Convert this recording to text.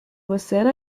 waseda